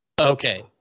Okay